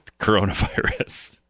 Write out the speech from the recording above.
coronavirus